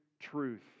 truth